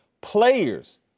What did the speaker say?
Players